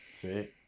Sweet